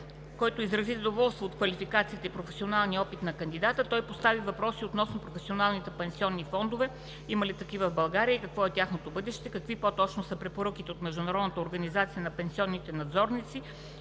който изрази задоволство от квалификацията и професионалния опит на кандидата. Той постави въпроси относно професионалните пенсионни фондове: има ли такива в България и какво е тяхното бъдеще; какви по-точно са препоръките от Международната организация на пенсионните надзорници